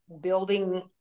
building